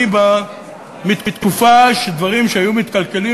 אני מתקופה שבה כשכלים היו מתקלקלים,